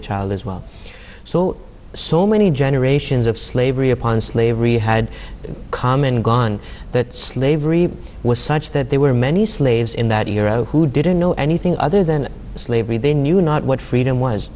e child as well so so many generations of slavery upon slavery had common gone that slavery was such that there were many slaves in that era who didn't know anything other than slavery they knew not what freedom was